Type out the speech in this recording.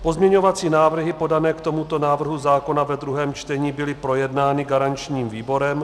Pozměňovací návrhy podané k tomu návrhu zákona ve druhém čtení byly projednány garančním výborem.